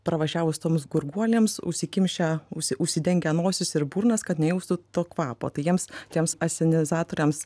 pravažiavus toms gurguolėms užsikimšę užsi užsidengę nosis ir burnas kad nejaustų to kvapo tai jiems tiems asenizatoriams